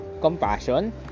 compassion